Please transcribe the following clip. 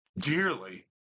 dearly